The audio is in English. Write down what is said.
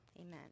amen